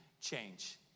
change